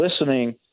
listening